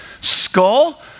skull